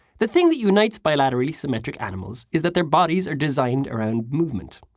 the thing that unites bilaterally symmetric animals is that their bodies are designed around movement.